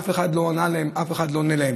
אף אחד לא ענה להם, אף אחד לא עונה להם.